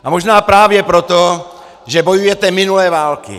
A možná právě proto, že bojujete minulé války.